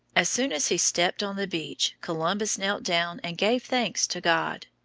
as soon as he stepped on the beach, columbus knelt down and gave thanks to god.